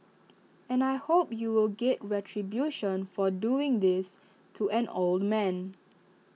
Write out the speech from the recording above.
and I hope you will get retribution for doing this to an old man